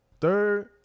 Third